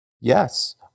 Yes